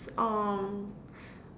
um